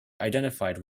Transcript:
identified